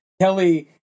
Kelly